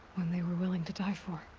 one they were willing to die for.